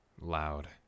loud